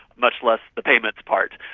much less the payments part.